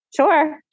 Sure